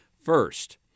First